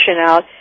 out